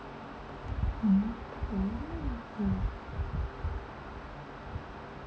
mm mm